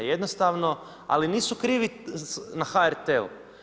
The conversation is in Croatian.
Jednostavno, ali nisu krivi na HRT-u.